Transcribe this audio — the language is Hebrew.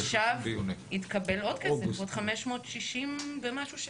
ועכשיו התקבל עוד כסף, עוד 560 מיליון שקל.